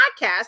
podcast